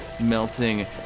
melting